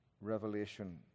revelation